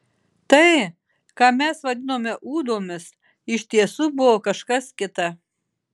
tai ką mes vadinome ūdomis iš tiesų buvo kažkas kita